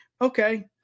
Okay